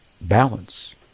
balance